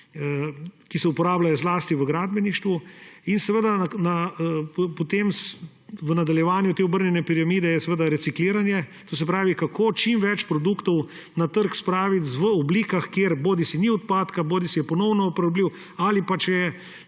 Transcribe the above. ki se uporabljajo zlasti v gradbeništvu. V nadaljevanju te obrnjene piramide je seveda recikliranje, to se pravi, kako čim več produktov spraviti na trg v oblikah, kjer bodisi ni odpadka bodisi je ponovno uporabljiv, ali pa če je